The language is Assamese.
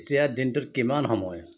এতিয়া দিনটোত কিমান সময়